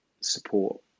support